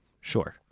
Sure